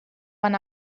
van